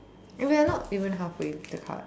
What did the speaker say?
and we're not even halfway with the cards